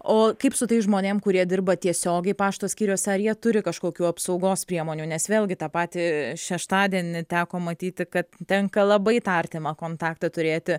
o kaip su tais žmonėm kurie dirba tiesiogiai pašto skyriuose ar jie turi kažkokių apsaugos priemonių nes vėlgi tą patį šeštadienį teko matyti kad tenka labai tą artimą kontaktą turėti